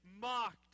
mocked